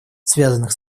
связанных